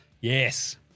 Yes